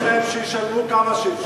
אלה שיש להם, שישלמו כמה שאפשר.